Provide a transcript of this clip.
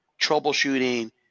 troubleshooting